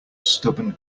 stubborn